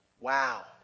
Wow